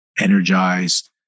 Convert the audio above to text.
energized